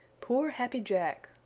poor happy jack!